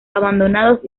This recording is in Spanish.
abandonados